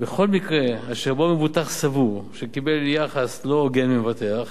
בכל מקרה אשר בו מבוטח סבור שהוא קיבל יחס לא הוגן ממבטח,